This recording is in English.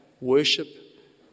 worship